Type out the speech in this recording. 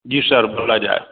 जी sir बोला जाए